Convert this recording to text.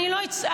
אני לא אצעק.